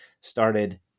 started